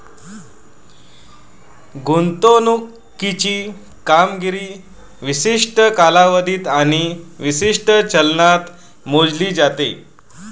गुंतवणुकीची कामगिरी विशिष्ट कालावधीत आणि विशिष्ट चलनात मोजली जाते